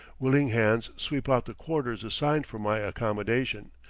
willing hands sweep out the quarters assigned for my accommodation,